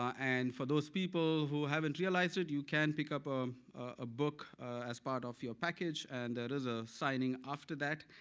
and for those people who haven't realize d it you can pick up um a book as part of your package and there is a signing after that.